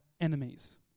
enemies